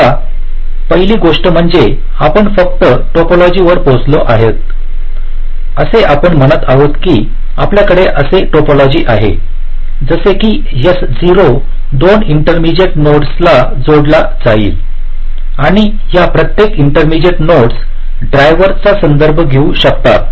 आता पहिली गोष्ट म्हणजे आपण फक्त टोपोलॉजीवर पोहोचलो आहोत असे आपण म्हणत आहोत की आपल्याकडे असे टोपोलॉजी आहे जसे की S0 2 इंटरमीडिएट नोड्सला जोडले जाईल आता या प्रत्येक इंटरमीडिएट नोड्स ड्रायव्हर्सचा संदर्भ घेऊ शकतात